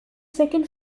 second